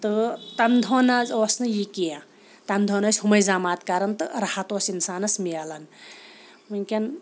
تہٕ تَمہِ دۄہَن نہٕ حظ اوس نہٕ یہِ کینٛہہ تَمہِ دۄہَن ٲسۍ ہُمَے زماد کَران تہٕ راحت اوس اِنسانَس ملان وٕنکٮ۪ن